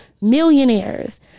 millionaires